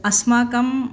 अस्माकम्